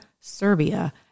Serbia